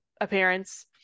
appearance